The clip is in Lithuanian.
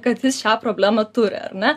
kad jis šią problemą turi ar ne